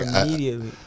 Immediately